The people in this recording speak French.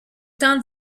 tend